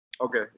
Okay